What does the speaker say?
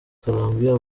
colombia